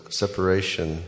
separation